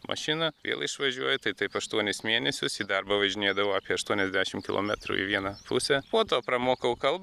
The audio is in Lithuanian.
mašiną vėl išvažiuoji tai taip aštuonis mėnesius į darbą važinėdavau apie aštuoniasdešim kilometrų į vieną pusę po to pramokau kalbą